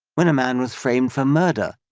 when a man was framed for murder,